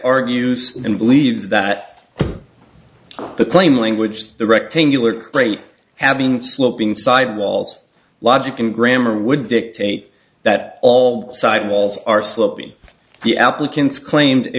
argues and believes that the plain language of the rectangular crate having sloping side walls logic and grammar would dictate that all side walls are sloping the applicants claim